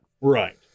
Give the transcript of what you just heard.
Right